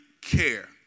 care